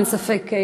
אין ספק,